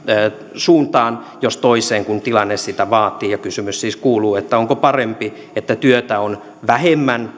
suuntaan jos toiseen kun tilanne sitä vaatii ja kysymys siis kuuluu onko parempi se että työtä on vähemmän